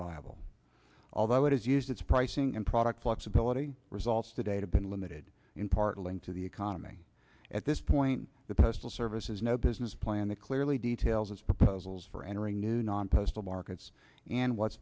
viable although it has used its pricing and product flexibility results today have been limited in part linked to the economy at this point the postal service has no business plan that clearly details its proposals for entering new non postal markets and what